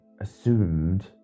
assumed